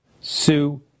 Sue